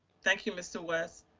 thank you, mr. west